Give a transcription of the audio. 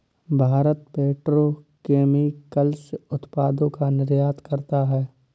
Bharat petrochemicals उत्पादों का निर्यात करता है